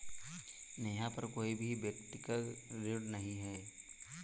नेहा पर कोई भी व्यक्तिक ऋण नहीं है